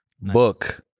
Book